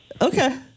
Okay